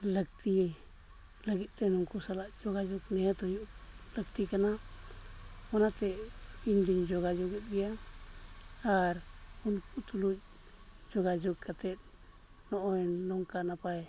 ᱞᱟᱹᱠᱛᱤ ᱞᱟᱹᱜᱤᱫᱛᱮ ᱱᱩᱠᱩ ᱥᱟᱞᱟᱜ ᱡᱳᱜᱟᱡᱳᱜᱽ ᱱᱤᱦᱟᱹᱛ ᱦᱩᱭᱩᱜ ᱞᱟᱹᱠᱛᱤ ᱠᱟᱱᱟ ᱚᱱᱟᱛᱮ ᱤᱧ ᱫᱚᱧ ᱡᱳᱜᱟᱡᱳᱜᱮᱫ ᱜᱮᱭᱟ ᱟᱨ ᱩᱱᱠᱩ ᱛᱩᱞᱩᱡ ᱡᱳᱜᱟᱡᱳᱜᱽ ᱠᱟᱛᱮᱫ ᱱᱚᱜᱼᱚᱭ ᱱᱚᱝᱠᱟ ᱱᱟᱯᱟᱭ